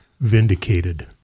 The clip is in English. vindicated